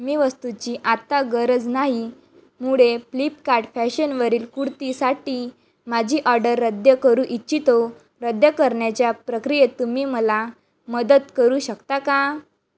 मी वस्तूची आत्ता गरज नाही मुळे फ्लिपकार्ट फॅशनवरील कुडतीसाठी माझी ऑर्डर रद्द करू इच्छितो रद्द करण्याच्या प्रक्रियेत तुम्ही मला मदत करू शकता का